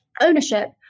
ownership